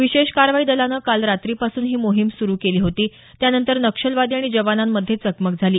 विशेष कारवाई दलानं काल रात्रीपासून ही मोहीम सुरु केली होती त्यानंतर नक्षलवादी आणि जवानांमध्ये चकमक झाली